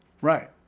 Right